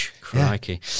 Crikey